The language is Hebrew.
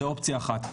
זאת אופציה אחת.